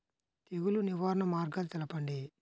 తెగులు నివారణ మార్గాలు తెలపండి?